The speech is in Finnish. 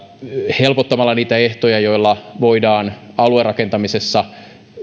helpottamalla niitä ehtoja joilla voidaan aluerakentamisessa